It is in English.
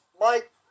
Mike